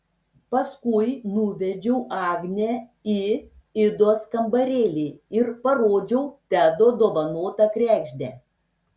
paskui nuvedžiau agnę į idos kambarėlį ir parodžiau tedo dovanotą kregždę